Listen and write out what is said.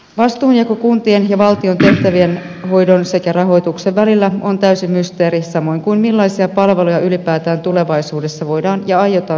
vastuunjako kuntien ja valtion tehtävien hoidon sekä rahoituksen välillä on täysi mysteeri samoin kuin se millaisia palveluja ylipäätään tulevaisuudessa voidaan ja aiotaan suomalaisille turvata